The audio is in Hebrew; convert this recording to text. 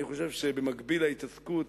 אני חושב שבמקביל להתעסקות